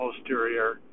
posterior